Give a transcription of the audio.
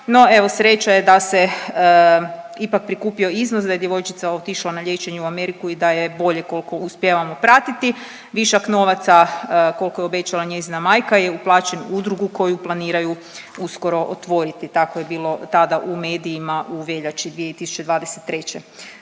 sreća je da se ipak prikupio iznos da je djevojčica otišla na liječenje u Ameriku i da je bolje koliko uspijevamo pratiti. Višak novaca kolko je obećala njezina majka je uplaćen u udrugu koju planiraju uskoro otvoriti, tako je bilo tada u medijima u veljači 2023..